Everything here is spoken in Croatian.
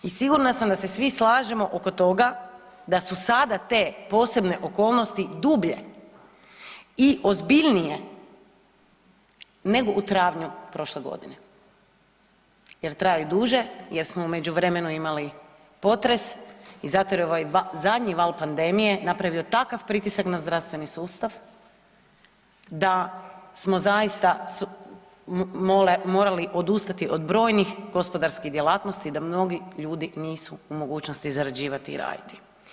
I sigurna sam da se svi slažemo oko toga da su sada te posebne okolnosti dublje i ozbiljnije nego u travnju prošle godine jer traju duže jer smo u međuvremenu imali potres i zato jer je ovaj zadnji val pandemije napravio takav pritisak na zdravstveni sustav da smo zaista morali odustati od brojnih gospodarskih djelatnosti i da mnogi ljudi nisu u mogućnosti zarađivati i raditi.